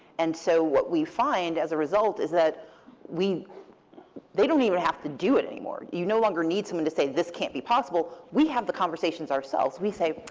and so what we find, as a result, is that they don't even have to do it anymore. you no longer need someone to say, this can't be possible. we have the conversations ourselves. we say,